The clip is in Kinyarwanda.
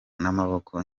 n’amaboko